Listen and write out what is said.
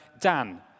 Dan